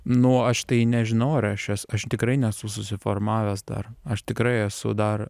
nu aš tai nežinau ar aš es aš tikrai nesu susiformavęs dar aš tikrai esu dar